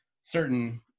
certain